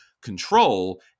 control